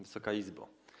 Wysoka Izbo!